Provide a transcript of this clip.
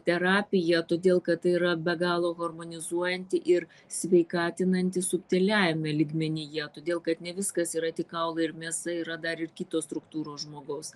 terapija todėl kad tai yra be galo harmonizuojanti ir sveikatinanti subtiliajame lygmenyje todėl kad ne viskas yra tik kaulai ir mėsa yra dar ir kitos struktūros žmogaus